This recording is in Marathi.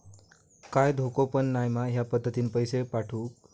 काय धोको पन नाय मा ह्या पद्धतीनं पैसे पाठउक?